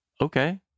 Okay